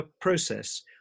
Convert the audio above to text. process